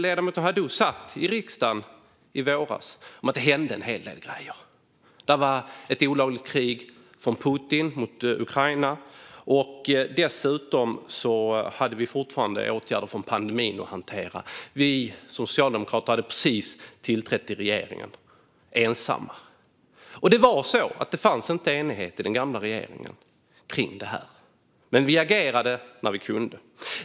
Ledamoten Haddou satt i riksdagen i våras och är medveten om att det hände en hel del grejor. Det var ett olagligt krig från Putin mot Ukraina. Dessutom hade vi fortfarande åtgärder från pandemin att hantera. Vi socialdemokrater hade precis tillträtt i regeringen ensamma. Det fanns inte enighet i den gamla regeringen om detta, men vi agerade när vi kunde.